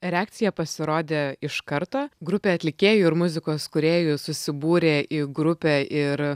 reakcija pasirodė iš karto grupė atlikėjų ir muzikos kūrėjų susibūrė į grupę ir